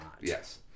Yes